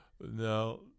No